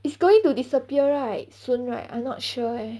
it's going to disappear right soon right I'm not sure leh